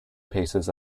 paces